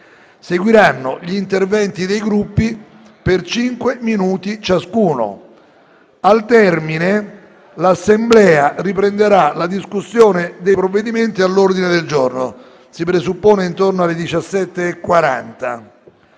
Seguiranno gli interventi dei Gruppi, per cinque minuti ciascuno. Al termine, l'Assemblea riprenderà la discussione dei provvedimenti all'ordine del giorno; si presuppone intorno alle ore 17,40.